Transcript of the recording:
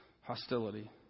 hostility